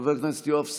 חבר הכנסת יואב סגלוביץ'